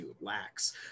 lacks